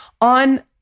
on